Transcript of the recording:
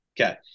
okay